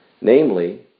namely